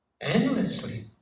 endlessly